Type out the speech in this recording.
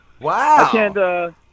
Wow